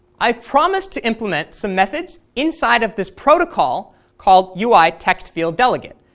i've promised to implement some methods inside of this protocol called uitextfielddelegate,